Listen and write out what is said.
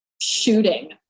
shooting